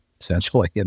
essentially